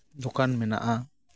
ᱫᱚᱠᱟᱱ ᱢᱮᱱᱟᱜᱼᱟ